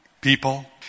people